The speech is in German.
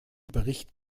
bericht